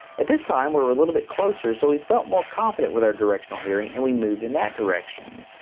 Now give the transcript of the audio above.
at this time, were a little bit closer. so we felt more confident with our directional hearing and we moved in that direction.